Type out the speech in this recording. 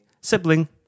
sibling